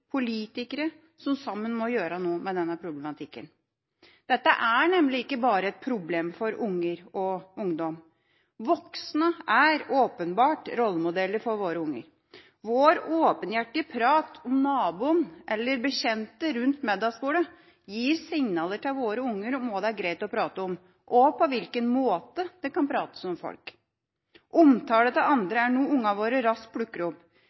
politikere som sammen må gjøre noe med denne problematikken. Dette er nemlig ikke bare et problem for unger og ungdom; vi voksne er åpenbart rollemodeller for våre unger. Vår åpenhjertige prat om naboen eller bekjente rundt middagsbordet gir signaler til våre unger om hva det er greit å prate om, og på hvilken måte det kan prates om folk. Omtale av andre er noe ungene våre straks plukker opp.